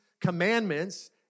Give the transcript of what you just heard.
commandments